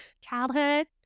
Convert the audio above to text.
childhood